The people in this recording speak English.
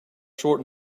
short